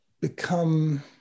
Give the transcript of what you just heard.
become